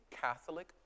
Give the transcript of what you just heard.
Catholic